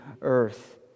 earth